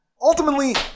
Ultimately